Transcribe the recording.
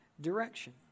direction